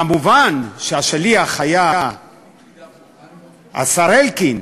כמובן, השליח היה השר אלקין,